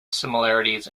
similarities